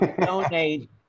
Donate